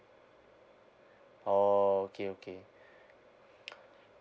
oh okay okay